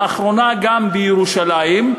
לאחרונה גם בירושלים,